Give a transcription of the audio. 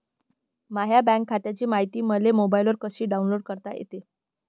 माह्या बँक खात्याची मायती मले मोबाईलवर कसी डाऊनलोड करता येते?